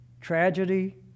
tragedy